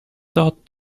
thought